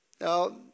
Now